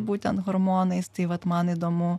būtent hormonais tai vat man įdomu